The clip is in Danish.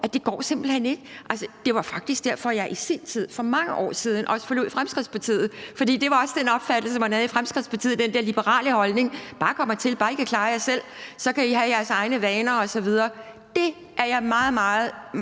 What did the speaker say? det går simpelt hen ikke. Det var faktisk derfor, at jeg i sin tid, for mange år siden, forlod Fremskridtspartiet, for det var også den opfattelse, man havde i Fremskridtspartiet, nemlig den der liberale holdning: Bare kom hertil – hvis bare I kan klare jer selv, kan I have jeres egne vaner osv. Det er jeg meget, meget